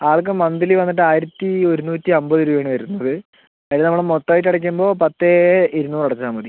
അവർക്ക് മന്ത്ലി വന്നിട്ട് ആയിരത്തി ഒരുന്നൂറ്റി അൻപത് രൂപ ആണ് വരുന്നത് അത് നമ്മൾ മൊത്തം ആയിട്ട് അടക്കുമ്പോൾ പത്തേ ഇരുന്നൂറ് അടച്ചാൽ മതി